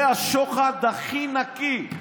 זה השוחד הכי נקי,